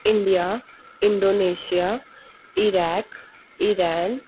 India Indonesia Iraq Iran